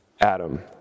Adam